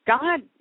God